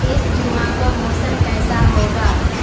اس جمعہ کو موسم کیسا ہوگا